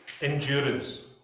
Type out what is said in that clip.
endurance